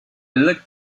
looked